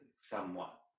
somewhat